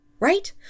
Right